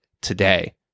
today